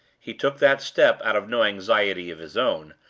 he took that step out of no anxiety of his own,